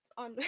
on